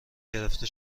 گرفته